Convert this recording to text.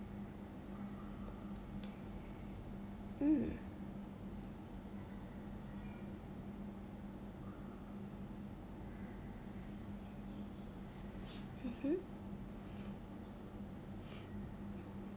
mm mmhmm